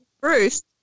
Bruce